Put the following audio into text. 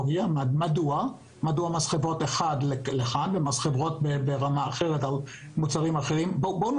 מדוע מס חברות לכאן הוא כך וכך ומס החברות על מוצר אחר הוא שונה.